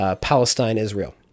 Palestine-Israel